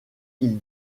ils